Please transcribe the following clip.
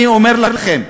אני אומר לכם,